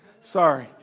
Sorry